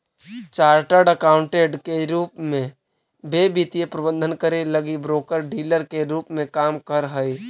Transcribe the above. chartered accountant के रूप में वे वित्तीय प्रबंधन करे लगी ब्रोकर डीलर के रूप में काम करऽ हई